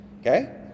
okay